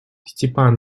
степан